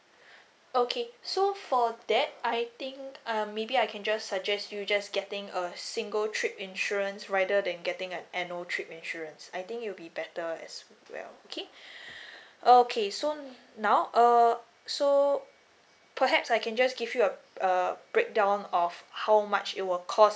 okay so for that I think um maybe I can just suggest you just getting a single trip insurance rather than getting an annual trip insurance I think it'll be better as well okay okay so now uh so perhaps I can just give you a b~ a breakdown of how much it will cost